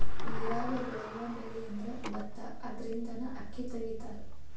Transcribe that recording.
ನೇರಾಗ ಬೆಳಿಯುವ ಬೆಳಿಅಂದ್ರ ಬತ್ತಾ ಅದರಿಂದನ ಅಕ್ಕಿ ತಗಿತಾರ